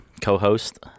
co-host